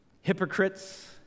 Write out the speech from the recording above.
hypocrites